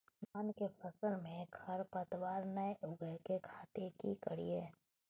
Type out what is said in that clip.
धान के फसल में खरपतवार नय उगय के खातिर की करियै?